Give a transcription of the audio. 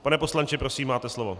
Pane poslanče, prosím, máte slovo.